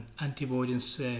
anti-avoidance